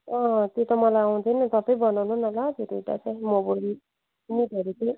अँ त्यो त मलाई आउँदैन तपाईँ बनाउनु न ल त्यो दुइवटा चाहिँ म भोलि म भोलि चाहिँ